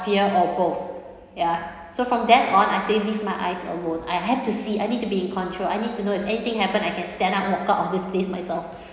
fear or both ya so from then on I say leave my eyes alone I have to see I need to be in control I need to know if anything happened I can stand up and walk out of this place myself